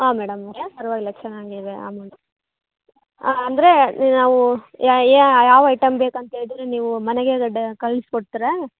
ಹಾಂ ಮೇಡಮ್ ಪರ್ವಾಗಿಲ್ಲ ಚೆನ್ನಾಗಿದೆ ಅಂದರೆ ನಾವು ಯಾವ ಐಟಮ್ ಬೇಕಂತ ಹೇಳಿದ್ರೆ ನೀವು ಮನೆಗೆ ಡ ಕಳಿಸ್ಕೊಡ್ತೀರಾ